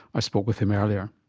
i spoke with him earlier.